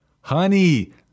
honey